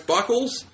Buckles